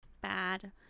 bad